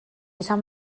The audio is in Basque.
esan